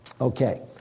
Okay